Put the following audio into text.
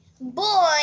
boy